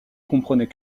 comprenait